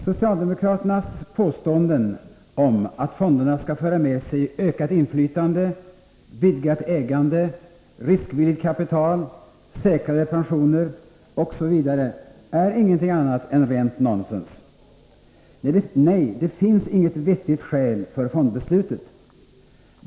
Socialdemokraternas påståenden om att fonderna skall föra med sig ökat inflytande, vidgat ägande, riskvilligt kapital, säkrade pensioner osv. är ingenting annat än rent nonsens. Nej, det finns inget vettigt skäl för fondbeslutet.